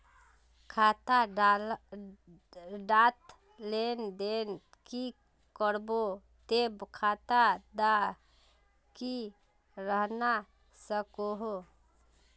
खाता डात लेन देन नि करबो ते खाता दा की रहना सकोहो?